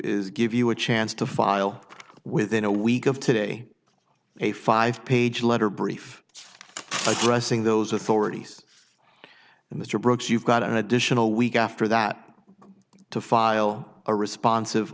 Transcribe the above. is give you a chance to file within a week of today a five page letter brief addressing those authorities and mr brooks you've got an additional week after that to file a respons